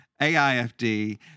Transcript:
AIFD